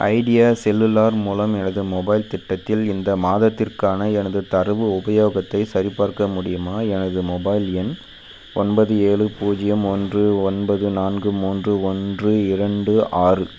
idea cellular மூலம் எனது mobile திட்டத்தில் இந்த மாதத்திற்கான எனது தரவு உபயோகத்தைச் சரிபார்க்க முடியுமா எனது மொபைல் எண் ஒன்பது ஏழு பூஜ்ஜியம் ஒன்று ஒன்பது நான்கு மூன்று ஒன்று இரண்டு ஆறு